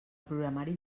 programari